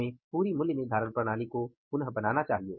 हमें पूरे मूल्य निर्धारण प्रणाली को पुनः बनाना चाहिए